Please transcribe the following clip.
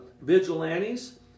vigilantes